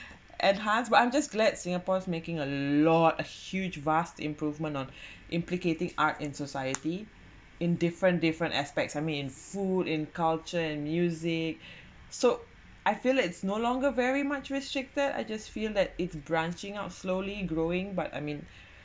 enhance but I'm just glad singapore's making a lot a huge vast improvement on implicating art in society in different different aspects I mean food in culture and music so I feel it's no longer very much restricted I just feel that it's branching out slowly growing but I mean